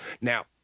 now